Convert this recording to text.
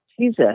Jesus